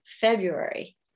February